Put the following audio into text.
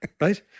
Right